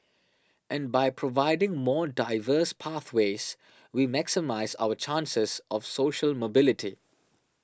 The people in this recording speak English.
and by providing more diverse pathways we maximise our chances of social mobility